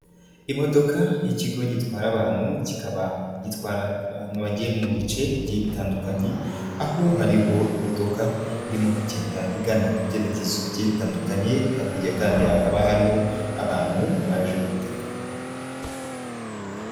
Imodoka y'ikigo gitwara abantu kikaba gitwara abantu bagiye mu bice bigiye bitandukanye, aho hariho imodoka irimo kugenda igana mu byerekezo bigiye bitandukanye hakurya kandi hakaba hariho abantu baje gutega.